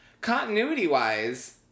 continuity-wise